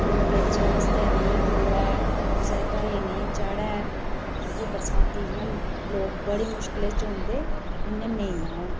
बिच रस्तै नेईं खड़ोऐ कुसै दे घरै गी नेईं चढ़ै मतलब बरसांती जि'यां लोक बड़ी मुश्कल कन्नै औंदे उ'आं नेईं औन